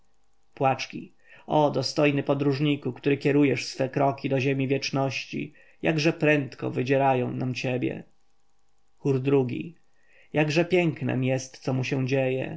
płaczki o dostojny podróżniku który kierujesz swe kroki do ziemi wieczności jakże prędko wydzierają nam ciebie chór ii-gi jakże pięknem jest co mu się dzieje